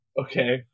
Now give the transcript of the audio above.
Okay